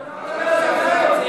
אתה לא יכול לדבר על זקן,